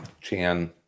Chan